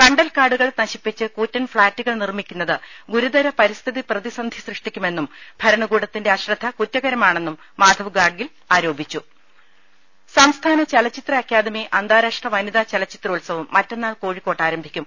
കണ്ടൽക്കാടുകൾ നശിപ്പിച്ച് കൂറ്റൻ ഫ്ളാറ്റുകൾ നിർമ്മിക്കുന്നത് ഗുരുതര പരിസ്ഥിതി പ്രതിസന്ധി സൃഷ്ടിക്കുമെന്നും ഭരണകൂടത്തിന്റെ അശ്രദ്ധ കുറ്റകരമാണെന്നും മാധവ് ഗാഡ്ഗിൽ പറഞ്ഞു സംസ്ഥാന ചലച്ചിത്ര അക്കാദമി അന്താരാഷ്ട്ര വനിതാ ചലച്ചിത്രോത്സവം മറ്റന്നാൾ കോഴിക്കോട്ട് ആരംഭിക്കും